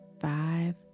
five